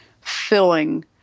filling